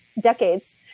decades